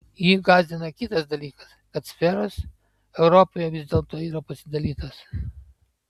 jį gąsdina kitas dalykas kad sferos europoje vis dėlto yra pasidalytos